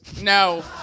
No